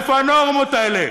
מאיפה הנורמות האלה?